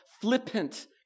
flippant